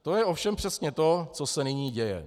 To je ovšem přesně to, co se nyní děje.